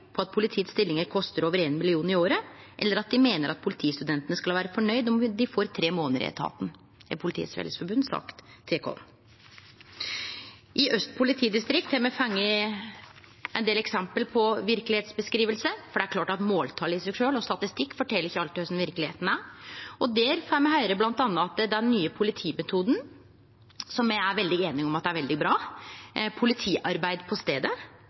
at politiets stillingar kostar over 1 mill. kr i året, eller at dei meiner at politistudentane skal vere fornøgde om dei får tre månader i etaten, har Politiets Fellesforbund sagt til oss. Frå Aust politidistrikt har me fått ein del eksempel på verkelegheitsskildringar, for det er klart at måltal og statistikk i seg sjølv ikkje alltid fortel kva verkelegheita er. Der får me bl.a. høyre at den nye politimetoden, politiarbeid på staden, som me er veldig einige om at er veldig bra,